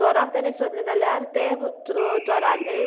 चोराक तेणें सोदलें जाल्यार तें चोरालें